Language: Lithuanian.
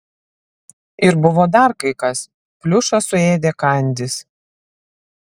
ir buvo dar kai kas pliušą suėdė kandys